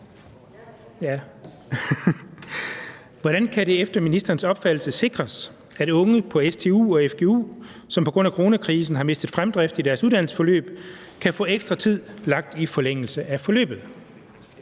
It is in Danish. Hvordan kan det efter ministerens opfattelse sikres, at unge på stu og fgu, som på grund af coronakrisen har mistet fremdrift i deres uddannelsesforløb, kan få ekstra tid lagt i forlængelse af forløbet?